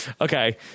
okay